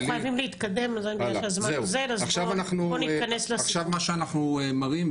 עכשיו מה שאנחנו מראים,